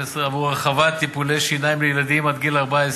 עבור הרחבת טיפולי שיניים לילדים עד גיל 14,